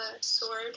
sword